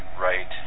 right